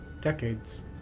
Decades